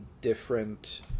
different